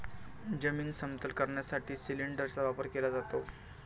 जमीन समतल करण्यासाठी सिलिंडरचा वापर केला जातो